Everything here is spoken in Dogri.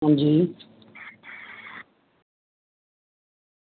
हां जी